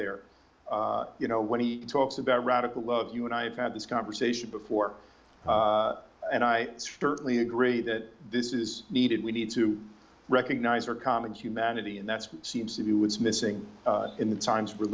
there you know when he talks about radical love you and i have had this conversation before and i certainly agree that this is needed we need to recognize our common humanity and that's what seems to be woods missing in the times we're